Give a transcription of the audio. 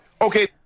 Okay